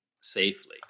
safely